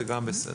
זה גם בסדר.